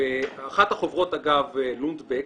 אחת החוברות, אגב, לונדבק,